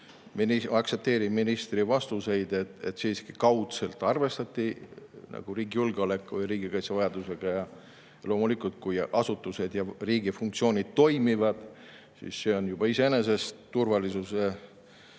aktsepteerin ministri vastuseid, et siiski kaudselt arvestati riigi julgeoleku ja riigikaitse vajadusega – loomulikult, kui asutused ja riigi funktsioonid toimivad, siis see on juba iseenesest turvalisuse